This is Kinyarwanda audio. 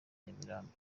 nyamirambo